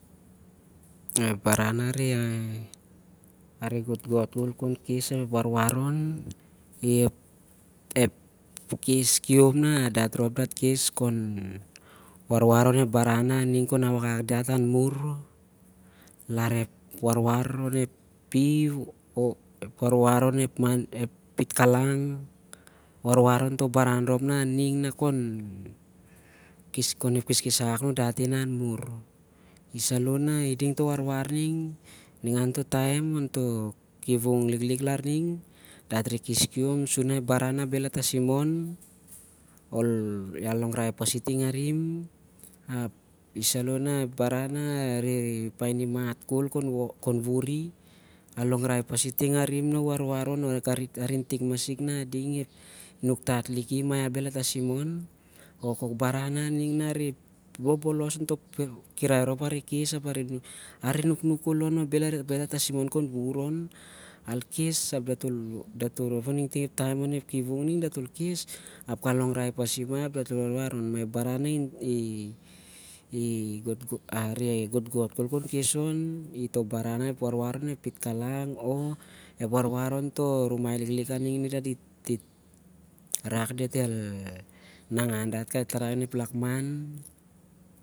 Ep baran na arehreh gotgot khol khan kes na dat el warwar an ep khes kiom na khon wawar on ep baran nah khon awakak dat an mur- larep wawar onep piu o-. ep warwar onep pitkalang. o- warwar ontoh baran rhop moso na ningar khon ep kheskes akak anun dati nah anmur. I- saloh na ningan toh taem ontoh kivung liklik larning, dat reh khes kiam sur na ep baran na bhel ah tasimon al longrai pasi ting arim. Api saloh na ep baran na areh tol panai khon wuri ap warwaron o arin tik masik nah i warwar o inuk pasi. o khok baran na areh nuknuk khol on- na bhel atasimon. al khes onto kivung liklik larning sur al- tasim on-